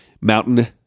Mountain